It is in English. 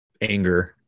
anger